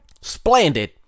Splendid